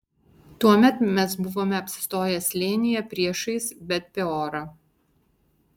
tuomet mes buvome apsistoję slėnyje priešais bet peorą